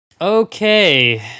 okay